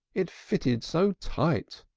it fitted so tight!